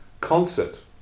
concert